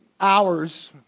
hours